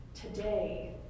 today